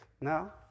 No